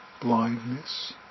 blindness